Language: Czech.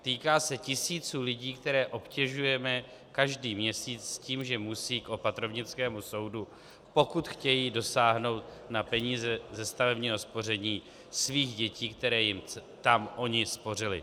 Týká se tisíců lidí, které obtěžujeme každý měsíc tím, že musí k opatrovnickému soudu, pokud chtějí dosáhnout na peníze ze stavebního spoření svých dětí, které jim tam oni spořili.